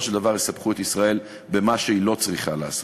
של דבר יסבכו את ישראל במה שהיא לא צריכה לעשות.